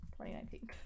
2019